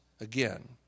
again